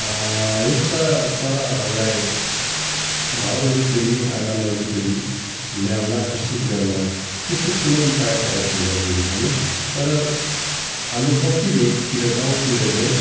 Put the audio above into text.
यस्ता चराहरूलाई घर वरिपरि आँगन वरिपरि ल्याउन आकर्षित गर्न त्यस्तो कुनै उपाय त अहिलेसम्म गरिएको छैन तर हाम्रो बस्ती भेकतिर गाउँतिर चाहिँ